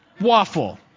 waffle